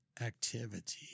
activity